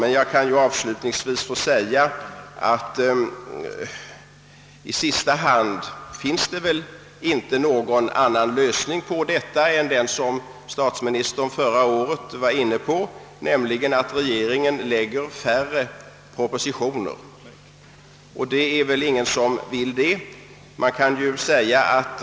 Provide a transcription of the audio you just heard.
Men låt mig avslutningsvis få nämna, att i sista hand finns det väl inte någon annan lösning på problemet än den som statsministern förra året var inne på, nämligen att regeringen framlägger färre propositioner. Det är väl dock ingen som vill att det skall bli på det sättet.